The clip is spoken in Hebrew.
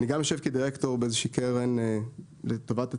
אני גם יושב כדירקטור באיזושהי קרן לטובת הציבור,